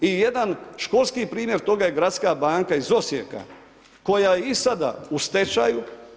I jedan školski primjer toga je gradska banka iz Osijeka koja i sada u stečaju.